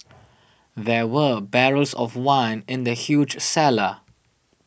there were barrels of wine in the huge cellar